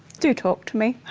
do talk to me.